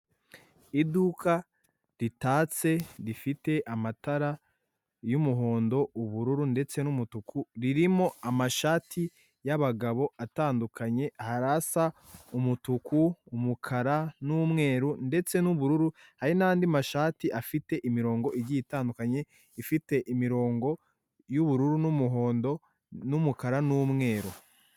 Iyi ni inzu ikoreramo ikigo kizwi cyane mu Rwanda mu gutanga ubwishingizi, gikoresha amabara y'umweru n'ubururu kandi gitanga ubwishingizi bw'ubuzima, si ubuzima gusa kandi batanga ubwishingizi ku bintu bigiye bitandukanye, imitungo mu gihe umuntu imitungo yahuye n'ikibazo cyangwa se ikinyabiziga cye cyahuye n'impanuka baramufasha kugirango yongere asubirane ibyo yahombye.